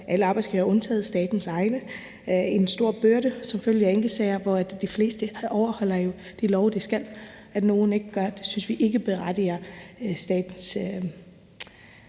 alle arbejdsgivere, undtagen statens egne, en stor byrde som følge af enkeltsager, selv om de fleste jo overholder de love, de skal. At nogen ikke gør, synes vi ikke berettiger statens